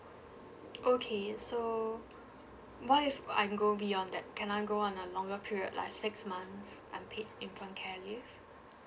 okay so what if I go beyond that can I go on a longer period like six months unpaid infant care leave